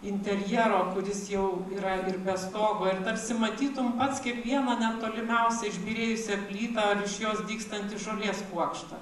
interjero kuris jau yra ir be stogo ir tarsi matytum pats kiekvieną net tolimiausią išbyrėjusią plytą ar iš jos dygstantį žolės kuokštą